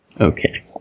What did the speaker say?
Okay